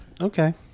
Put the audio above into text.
Okay